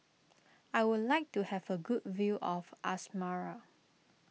I would like to have a good view of Asmara